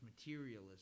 materialism